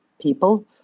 people